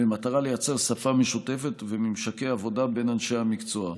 במטרה לייצר שפה משותפת וממשקי עבודה בין אנשי המקצוע.